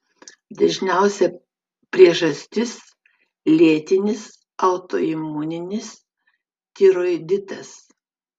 dažniausia priežastis lėtinis autoimuninis tiroiditas